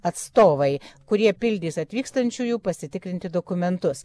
atstovai kurie pildys atvykstančiųjų pasitikrinti dokumentus